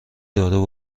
دارو